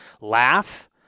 laugh